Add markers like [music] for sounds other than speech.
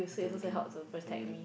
[noise]